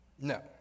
No